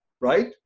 right